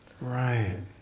Right